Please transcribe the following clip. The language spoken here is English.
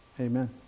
Amen